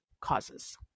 causes